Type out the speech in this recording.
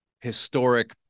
historic